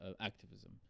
activism